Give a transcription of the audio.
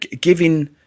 giving